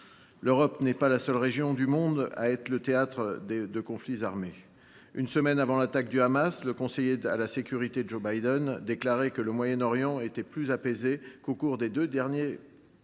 L’Europe n’est pas la seule région du monde à être le théâtre de conflits armés. Une semaine avant l’attaque du Hamas, le conseiller à la sécurité de Joe Biden déclarait que le Moyen Orient était plus apaisé qu’au cours des deux décennies